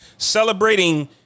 celebrating